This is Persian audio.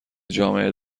جامعه